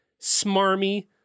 smarmy